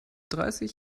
dreißig